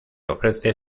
ofrece